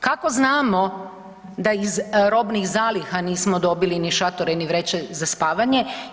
Kako znamo da iz robnih zaliha nismo dobili ni šatore, ni vreće za spavanje?